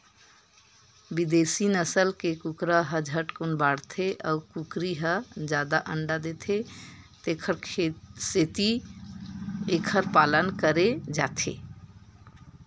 बिदेसी नसल के कुकरा ह झटकुन बाड़थे अउ कुकरी ह जादा अंडा देथे तेखर सेती एखर पालन करे जाथे